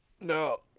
No